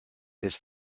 his